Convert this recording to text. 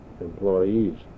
employees